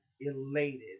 elated